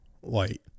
white